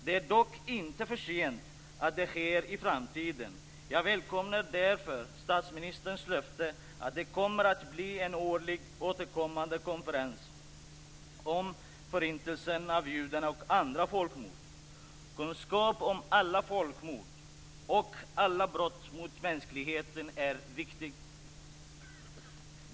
Det är dock inte för sent att se till att det sker i framtiden. Jag välkomnar därför statsministerns löfte om att det kommer att bli en årligen återkommande konferens om förintelsen av judarna och andra folkmord. Kunskap om alla folkmord och alla brott mot mänskligheten är viktig.